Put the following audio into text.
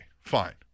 fine